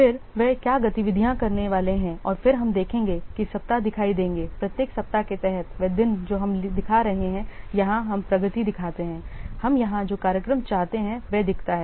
फिर वे क्या गतिविधियाँ करने वाले हैं और फिर हम देखेंगे कि सप्ताह दिखाई देंगे प्रत्येक सप्ताह के तहत वे दिन जो हम दिखा रहे हैं और यहाँ हम प्रगति दिखाते हैं हम यहां जो कार्यक्रम चाहते हैं वह दिखता है